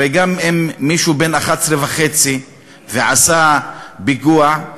הרי גם אם בן 11.5 עשה פיגוע,